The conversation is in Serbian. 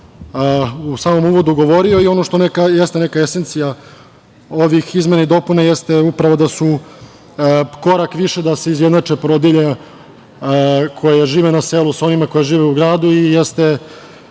u samom uvodu govorio. Ono što jeste neka esencija ovih izmena i dopuna jeste upravo da su korak više da se izjednače porodilje koje žive na selu sa onima koje žive u gradu i da